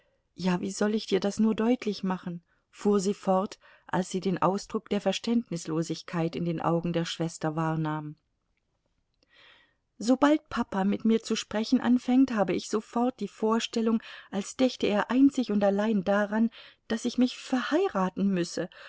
ja wie soll ich dir das nur deutlich machen fuhr sie fort als sie den ausdruck der verständnislosigkeit in den augen der schwester wahrnahm sobald papa mit mir zu sprechen anfängt habe ich sofort die vorstellung als dächte er einzig und allein daran daß ich mich verheiraten müsse